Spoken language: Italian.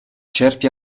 certi